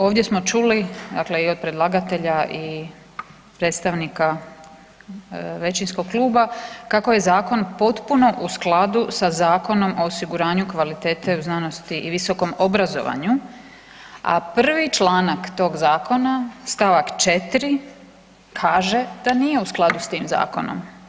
Ovdje smo čuli dakle i od predlagatelja i predstavnika većinskog kluba kako je zakon potpuno u skladu sa Zakonom o osiguranju kvalitete u znanosti i visokom obrazovanju, a 1. članak toga Zakona stavak 4. kaže da nije u skladu s tim zakonom.